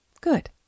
Good